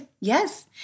Yes